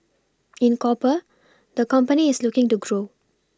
in copper the company is looking to grow